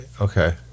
Okay